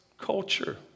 culture